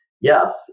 yes